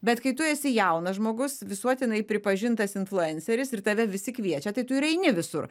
bet kai tu esi jaunas žmogus visuotinai pripažintas influenceris ir tave visi kviečia tai tu ir eini visur